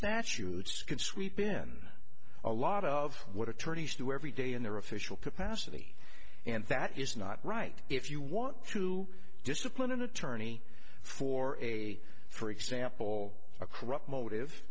statutes can sweep in a lot of what attorneys do every day in their official capacity and that is not right if you want to discipline an attorney for a for example a corrupt motive